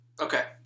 Okay